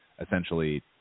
essentially